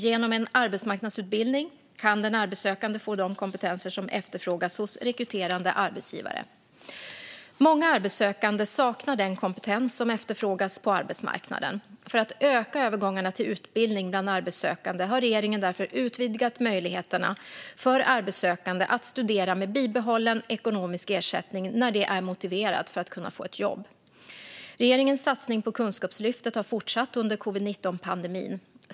Genom en arbetsmarknadsutbildning kan den arbetssökande få de kompetenser som efterfrågas hos rekryterande arbetsgivare. Många arbetssökande saknar den kompetens som efterfrågas på arbetsmarknaden. För att öka övergångarna till utbildning bland arbetssökande har regeringen därför utvidgat möjligheterna för arbetssökande att studera med bibehållen ekonomisk ersättning när det är motiverat för att kunna få ett jobb. Regeringens satsning på Kunskapslyftet har fortsatt under covid-19-pandemin.